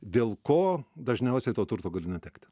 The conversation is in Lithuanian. dėl ko dažniausiai to turto gali netekti